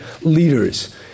leaders